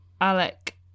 Alec